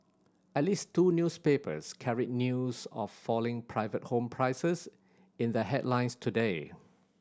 at least two newspapers carried news of falling private home prices in their headlines today